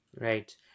Right